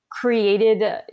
created